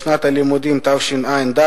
לשנת הלימודים תשע"ד,